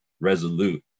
resolute